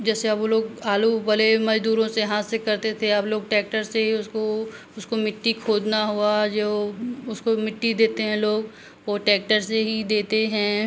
जैसे अब वो लोग आलू वले मजदूरों से हाथ से करते थे अब लोग ट्रेक्टर से ही उसको उसको मिट्टी खोदना हुआ जो उसको मिट्टी देते हैं लोग वो टैक्टर से ही देते हैं